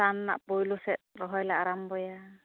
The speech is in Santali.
ᱥᱟᱱ ᱨᱮᱭᱟᱜ ᱯᱩᱭᱞᱳ ᱥᱮᱡ ᱨᱚᱦᱚᱭ ᱞᱮ ᱟᱨᱟᱢᱵᱚᱭᱟ